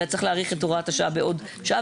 אלא להאריך את הוראת השעה בעוד שנה,